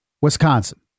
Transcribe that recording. Wisconsin